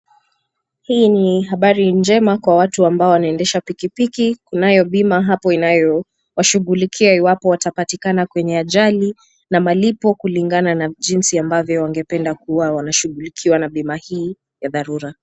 Hii ni habari njema kwa watu ambao wanaendesha pikipiki kunayo bima hapo inayowashughulikia watakapopata na malipo ni kulingana jinsi wangependa kushughulikiwa na bima hii ya dharura.